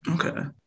Okay